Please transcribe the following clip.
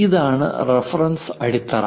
ഇതാണ് റഫറൻസ് അടിത്തറ